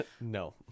No